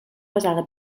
basada